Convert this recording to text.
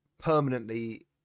permanently